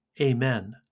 Amen